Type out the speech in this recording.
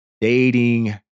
Dating